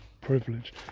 privilege